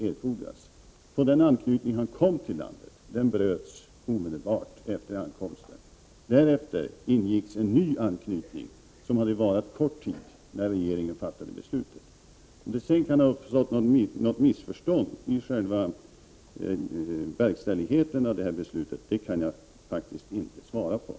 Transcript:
Den anknytning som han hade för att komma till landet bröts omedelbart efter ankomsten. Därefter ingicks en ny förbindelse, som hade varat kort tid när regeringen fattade beslutet. Om det har uppstått något missförstånd vid själva verkställandet av beslutet kan jag faktiskt inte svara på.